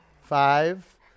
Five